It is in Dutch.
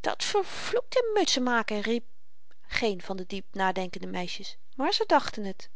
dat vervloekte mutsenmaken riep geen van de diep nadenkende meisjes maar ze dachten t